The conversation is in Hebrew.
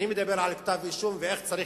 אני מדבר על כתב-אישום ואיך צריך להיראות,